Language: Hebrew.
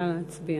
נא להצביע.